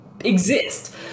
exist